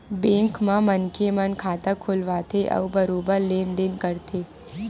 bank म मनखे मन खाता खोलवाथे अउ बरोबर लेन देन करथे